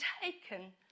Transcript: taken